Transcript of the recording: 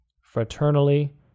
Fraternally